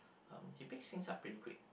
um he picks things up pretty quick